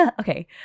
Okay